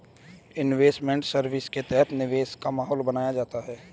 investment service के तहत निवेश का माहौल बनाया जाता है